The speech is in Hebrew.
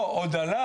לא, עוד עלה.